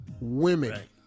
women